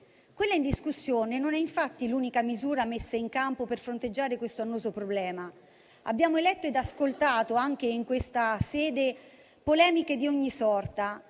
Quella in discussione non è, infatti, l'unica misura messa in campo per fronteggiare questo annoso problema. Abbiamo letto ed ascoltato, anche in questa sede, polemiche di ogni sorta.